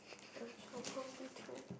I'm so hungry too